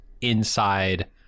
inside